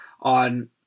on